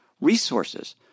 resources